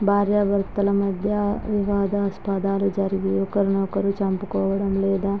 భార్యాభర్తల మధ్య వివాదాస్పదాలు జరిగి ఒకరిని ఒకరు చంపుకోవడం లేదా